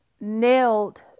nailed